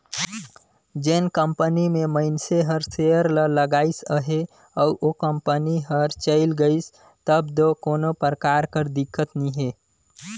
जेन कंपनी में मइनसे हर सेयर ल लगाइस अहे अउ ओ कंपनी हर चइल गइस तब दो कोनो परकार कर दिक्कत नी हे